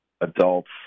adults